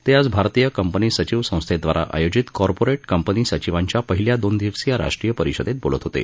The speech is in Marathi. ते आज भारतीय कंपनी सचिव संस्थेद्वारा आयोजित कॉर्पोरेट कंपनी सचिवांच्या पहिल्या दोन दिवसीय राष्ट्रीय परिषदेत बोलत होते